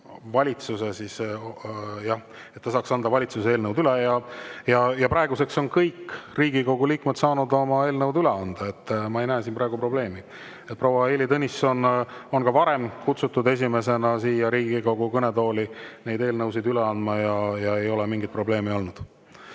ta esimesena, et ta saaks anda valitsuse eelnõud üle. Praeguseks on kõik Riigikogu liikmed saanud oma eelnõud üle anda, nii et ma ei näe siin praegu probleemi. Proua Heili Tõnissoni on ka varem kutsutud esimesena Riigikogu kõnetooli eelnõusid üle andma ja ei ole mingeid probleeme olnud.